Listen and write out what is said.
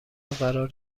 قرار